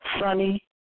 Sunny